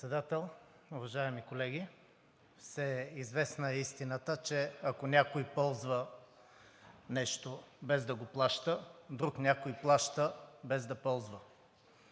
Председател, уважаеми колеги! Всеизвестна е истината, че ако някой ползва нещо, без да го плаща, друг някой плаща, без да ползва.